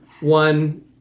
one